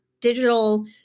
digital